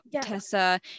tessa